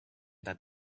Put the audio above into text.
that